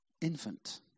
infant